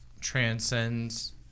transcends